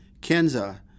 Kenza